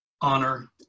honor